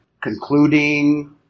concluding